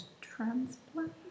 transplant